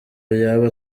yaba